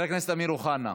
חבר הכנסת אמיר אוחנה,